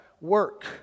work